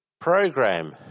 program